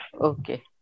Okay